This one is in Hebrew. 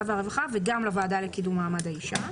והרווחה וגם לוועדה לקידום מעמד האישה.